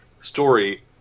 story –